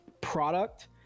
product